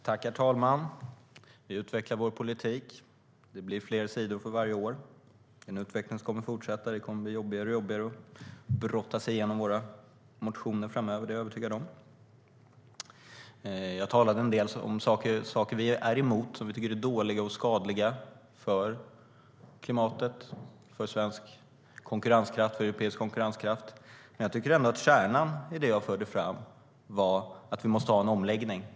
Herr talman! Vi utvecklar vår politik. Det blir fler sidor för varje år. Det är en utveckling som kommer att fortsätta. Det kommer att bli jobbigare och jobbigare att brotta sig igenom våra motioner framöver. Det är jag övertygad om. Jag talade en del om saker vi är emot, som vi tycker är dåliga och skadliga för klimatet och för svensk och europeisk konkurrenskraft. Jag tycker ändå att kärnan i det jag förde fram var att vi måste ha en omläggning.